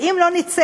ואם לא ניצח